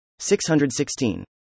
616